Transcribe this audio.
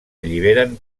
alliberen